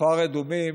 כפר אדומים,